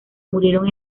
murieron